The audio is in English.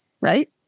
right